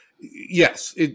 yes